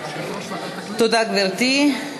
תודה, גברתי.